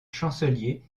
chancelier